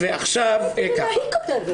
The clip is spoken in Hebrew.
מה זה הדבר הזה?